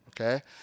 okay